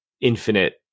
infinite